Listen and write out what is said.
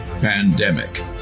pandemic